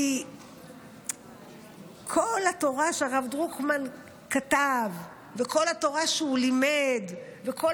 כי כל התורה שהרב דרוקמן כתב וכל התורה שהוא לימד וכל